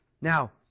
Now